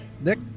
Nick